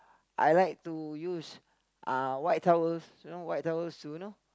I like to use uh white towels you know white towels to you know